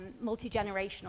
multi-generational